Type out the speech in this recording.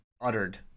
uttered